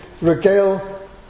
regale